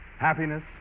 happiness